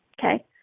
okay